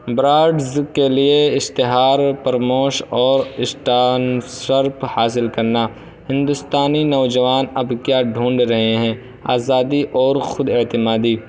brands کے لیے اشتہار پرموشن اور اسٹان سرپ حاصل کرنا ہندوستانی نوجوان اب کیا ڈھونڈ رہے ہیں آزادی اور خود اعتمادی